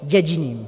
Jediným.